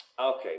okay